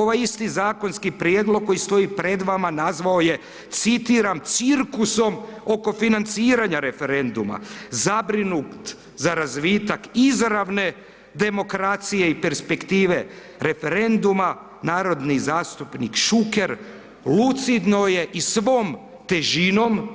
Ovaj isti zakonski prijedlog koji stoji pred vama, nazvao je, citiram, cirkusom oko financiranja referenduma, zabrinut za razvitak izravne demokracije i perspektive referenduma, narodni zastupnik Šuker, lucidno je i svom težinom